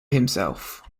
himself